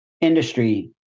industry